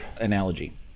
analogy